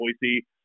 Boise